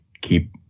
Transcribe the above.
keep